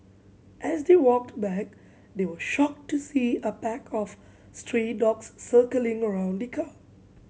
as they walked back they were shocked to see a pack of stray dogs circling around the car